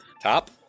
Top